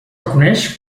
coneix